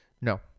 No